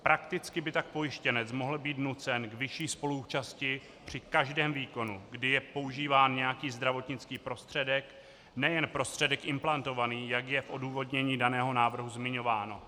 Prakticky by tak pojištěnec mohl být nucen k vyšší spoluúčasti při každém výkonu, kdy je používán nějaký zdravotnický prostředek, nejen prostředek implantovaný, jak je v odůvodnění daného návrhu zmiňováno.